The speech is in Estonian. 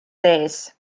sees